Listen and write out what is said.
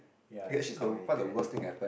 ya it's a comedy ya it's damn funny